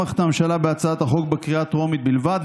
הממשלה תומכת בהצעת החוק בקריאה הטרומית בלבד,